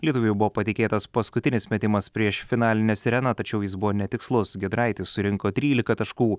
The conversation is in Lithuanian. lietuviui buvo patikėtas paskutinis metimas prieš finalinę sireną tačiau jis buvo netikslus giedraitis surinko trylika taškų